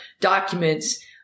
documents